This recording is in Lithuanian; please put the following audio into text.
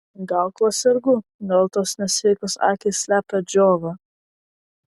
gal kuo sergu gal tos nesveikos akys slepia džiovą